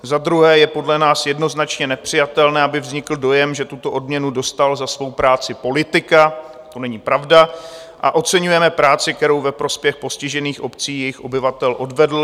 Za druhé je podle nás jednoznačně nepřijatelné, aby vznikl dojem, že tuto odměnu dostal za svou práci politika, to není pravda, a oceňujeme práci, kterou ve prospěch postižených obcí, jejich obyvatel, odvedl.